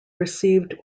received